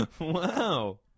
Wow